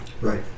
Right